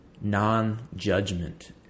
non-judgment